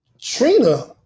Trina